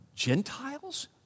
Gentiles